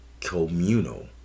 communal